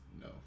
no